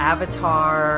Avatar